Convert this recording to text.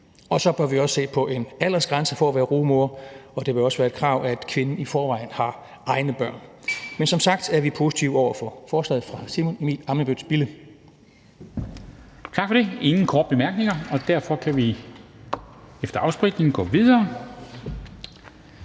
Og så bør vi også se på en aldersgrænse for at være rugemor, og det vil også være et krav, at kvinden i forvejen har egne børn. Men som sagt er vi positive over for forslaget fra Simon Emil Ammitzbøll-Bille. Kl. 12:48 Formanden (Henrik Dam Kristensen): For det. Der er ingen korte bemærkninger, og derfor kan vi efter afspritning gå videre